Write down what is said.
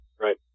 Right